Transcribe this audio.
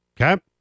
Okay